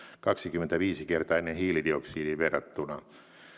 kaksikymmentäviisi kertainen hiilidioksidiin verrattuna